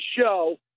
show